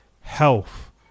health